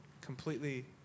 completely